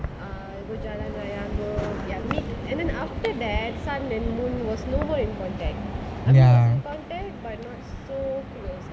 uh go jalangaya go then after that sun and moon was no more in contact they were in contact but no so close